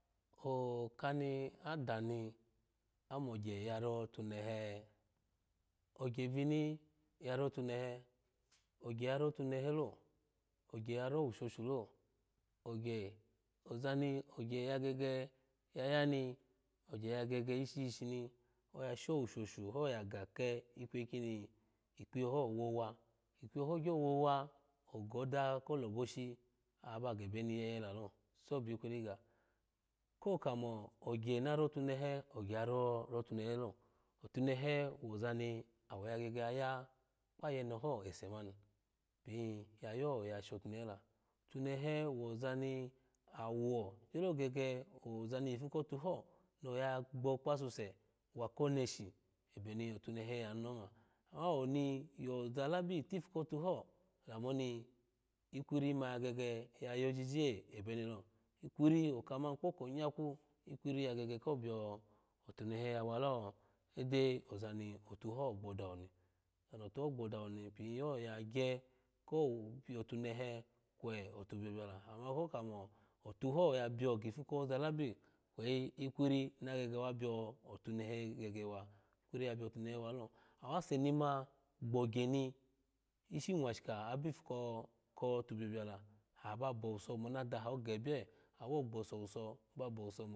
O-oh ka ni adani amogye yaro tunehe? Ogye vini ya ro tunehe ogye ya tuhehe lo ogye ya ro wushosho lo ogye oza ni ogye ya gege ya ni ogye ya gege ishi shishoi ya showushoho yaga ke ikweyi koni ikiyeho wowu ikpiye ho gyo wowa ogada koloboshi ab ga yeyela llo sobikwiri ga ko kame ogye na ro tunehe ogye yaro tunehe lo, otunehe woza ni oya gege ya ya kpayeneho ese mani niya yoya shotunehela tunehe woza ni awo gyolo gege nipa kotuho ni ooya gbo kpasuse wa ko neshi abemi otunehe ya nu mi oma amawo niyo zalabi tipu koteho lamoni kwe igwiri oma yagege ya yojije ebenilo ikwiri kpokogyaku ikwiri ya gege iko biyotunehe walo sede oza ni otuho gbo dawa no oza ni otuwo gbduwa piyo ya gye ko piyotunehe kwe atubiyobiya la ama ko kamo ateho ya biyo gipu koza labi kweyi ikweiri na gege wa biyo atuwehe ikwiri ya biyo tunehe wa la ase ni ma gbogye ni ishi mwashika abipu kotubiyobiya la aha ba bowusomo na daha gebiye awogbowuso ba bo wuso